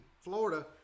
Florida